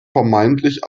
vermeintlich